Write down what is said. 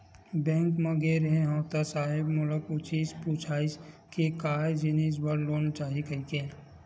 Bank गे रेहे हंव ता साहेब मोला पूछिस पुछाइस के काय जिनिस बर लोन चाही कहिके?